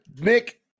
nick